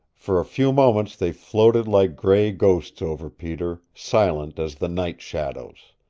for a few moments they floated like gray ghosts over peter, silent as the night shadows.